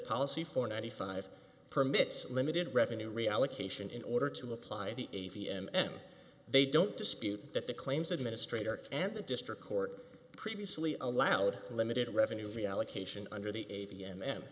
policy for ninety five permits limited revenue reallocation in order to apply the a v and they don't dispute that the claims administrator and the district court previously allowed limited revenue reallocation under the a